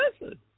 Listen